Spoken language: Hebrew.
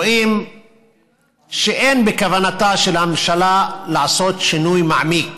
רואים שאין בכוונתה של הממשלה לעשות שינוי מעמיק